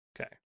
Okay